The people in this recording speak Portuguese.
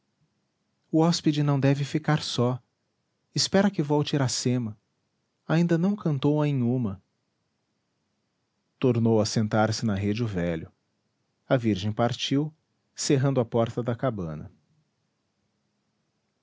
o hóspede não deve ficar só espera que volte iracema ainda não cantou a inhuma tornou a sentar-se na rede o velho a virgem partiu cerrando a porta da cabana